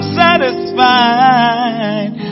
satisfied